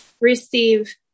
receive